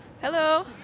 Hello